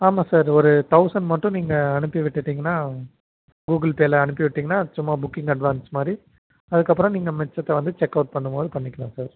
ஆமாம் சார் ஒரு தௌசண்ட் மட்டும் நீங்கள் அனுப்பிவிட்டுட்டீங்கனால் கூகிள் பேல அனுப்பிவிட்டிங்கனால் சும்மா புக்கிங் அட்வான்ஸ் மாதிரி அதுக்கப்புறம் நீங்கள் மிச்சத்தை வந்து செக்அவுட் பண்ணும்போது பண்ணிக்கலாம்